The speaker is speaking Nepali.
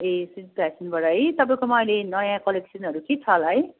ए फ्यासनबाट है तपाईँकोमा अहिले नयाँ कलेक्सनहरू के छ होला है